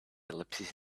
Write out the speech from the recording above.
ellipses